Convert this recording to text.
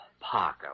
Parker